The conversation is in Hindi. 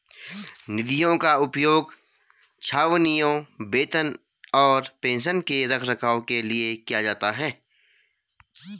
निधियों का उपयोग छावनियों, वेतन और पेंशन के रखरखाव के लिए किया जाता है